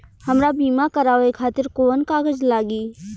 हमरा बीमा करावे खातिर कोवन कागज लागी?